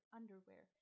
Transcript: underwear